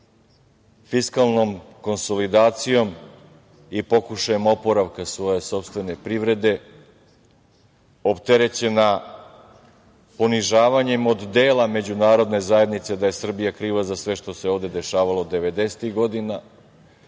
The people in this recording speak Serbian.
fiskalnom konsolidacijom i pokušajem oporavka svoje sopstvene privrede, opterećena ponižavanjem od dela međunarodne zajednice da je Srbija kriva za sve što se ovde dešavalo devedesetih